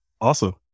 Awesome